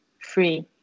free